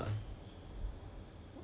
分担 as in 分